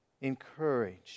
encouraged